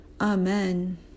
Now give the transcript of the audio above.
Amen